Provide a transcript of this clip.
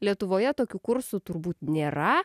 lietuvoje tokių kursų turbūt nėra